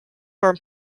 from